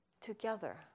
together